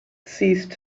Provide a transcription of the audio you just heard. ceased